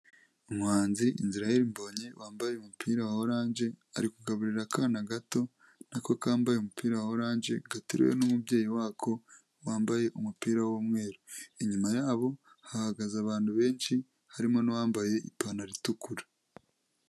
Umuhanzi Israel Mbonyi wambaye umupira wa oranje ari kugaburira akana gato nako kambaye umupira wa oranje gateruwe n'umubyeyi wako wambaye umupira w'umweru, inyuma yabo hahagaze abantu benshi harimo n'uwambaye ipantaro itukura.